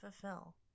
fulfill